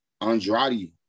Andrade